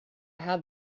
had